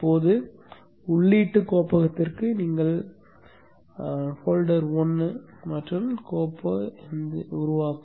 இப்போது உள்ளீட்டு கோப்பகத்திற்கு நீங்கள் மதிப்பு 1 மற்றும் கோப்பாக உருவாக்கும்